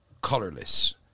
colorless